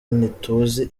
ntituzi